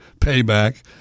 payback